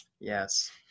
Yes